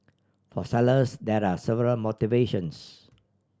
for sellers there are several motivations